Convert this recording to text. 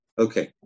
Okay